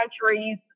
countries